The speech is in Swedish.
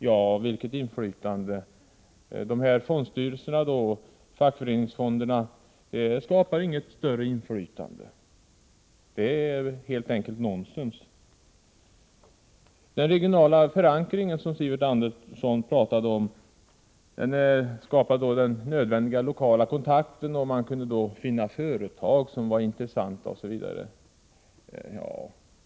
Fackföreningsfondernas styrelser skapar inget större inflytande. Det är helt enkelt nonsens. Den regionala förankringen skapar enligt Sivert Andersson den nödvändiga lokala kontakten, om man kunde finna företag som var intressanta, osv.